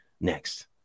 next